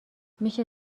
میشه